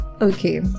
okay